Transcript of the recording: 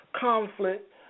conflict